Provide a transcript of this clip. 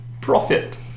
profit